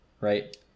Right